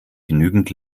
genügend